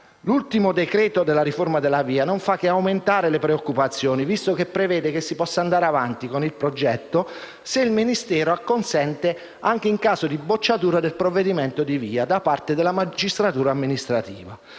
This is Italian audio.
L'ultimo provvedimento della riforma della VIA non fa che aumentare le preoccupazioni, visto che prevede che si possa andare avanti con il progetto, se il Ministero acconsente, anche in caso di bocciatura del provvedimento di VIA da parte della magistratura amministrativa.